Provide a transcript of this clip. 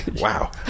Wow